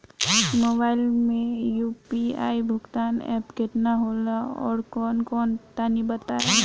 Mobile म UPI भुगतान app केतना होला आउरकौन कौन तनि बतावा?